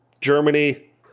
Germany